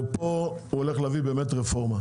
הוא באמת הולך להביא פה רפורמה.